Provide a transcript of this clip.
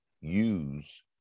use